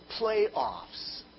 playoffs